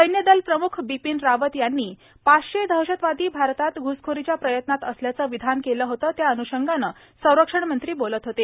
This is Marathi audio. सैन्यदलप्रमुख बिपीन रावत यांनी पाचशे दहशतवादी भारतात घ्सखोरीच्या प्रयत्नात असल्याचं विधान केलं होतं त्या अनूषंगाने संरक्षणमंत्री बोलत होते